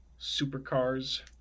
supercars